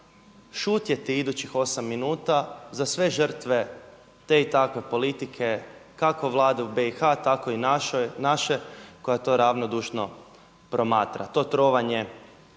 šutjeti idućih 8 minuta za sve žrtve te i takve politike kako Vlade u BiH, tako i naše koja to ravnodušno promatra to trovanje